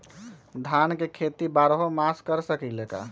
धान के खेती बारहों मास कर सकीले का?